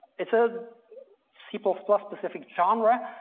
it's a c but so specific genre.